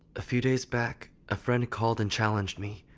a few days back, a friend called and challenged me.